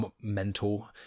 mental